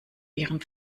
ihren